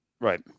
Right